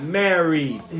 married